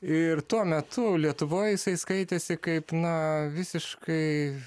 ir tuo metu lietuvoj jisai skaitėsi kaip na visiškai